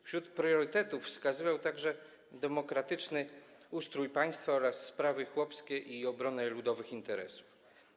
Wśród priorytetów wskazywał także na demokratyczny ustrój państwa oraz sprawy chłopskie i obronę ludowych interesów.